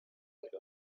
like